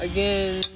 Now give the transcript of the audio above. Again